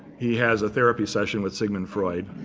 he has a therapy session with sigmund freud.